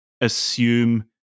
assume